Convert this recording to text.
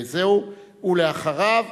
אחריו,